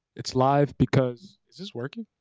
it's live because, is this working?